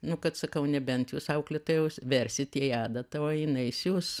nu kad sakau nebent jūs auklėtajau versit jai adatą o jinai siūs